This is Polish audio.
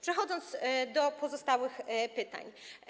Przechodzę do pozostałych pytań.